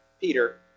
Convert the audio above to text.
Peter